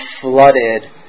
flooded